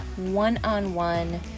one-on-one